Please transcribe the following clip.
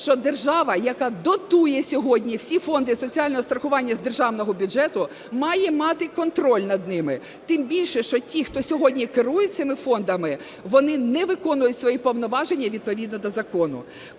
що держава, яка дотує сьогодні всі фонди соціального страхування з державного бюджету, має мати контроль над ними. Тим більше, що ті, хто сьогодні керують цими фондами, вони не виконують свої повноваження відповідно до закону.